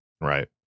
Right